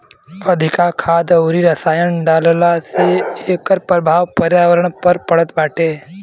अधिका खाद अउरी रसायन डालला से एकर प्रभाव पर्यावरण पे पड़त बाटे